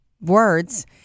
words